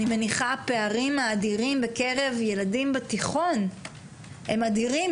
אני מניחה פערים אדירים בקרב ילדים בתיכון הם אדירים,